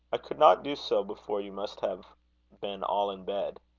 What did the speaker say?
i could not do so before you must have been all in bed.